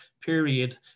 period